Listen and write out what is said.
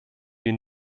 wir